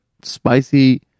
spicy